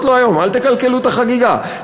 אל תקלקלו את החגיגה,